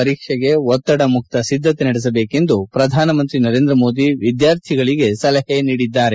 ಪರೀಕ್ಷೆಗೆ ಒತ್ತಡಮುಕ್ತ ಸಿದ್ದತೆ ನಡೆಸಬೇಕೆಂದು ಪ್ರಧಾನಮಂತ್ರಿ ನರೇಂದ್ರ ಮೋದಿ ವಿದ್ವಾರ್ಥಿಗಳಿಗೆ ಸಲಹೆ ನೀಡಿದ್ದಾರೆ